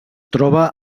troba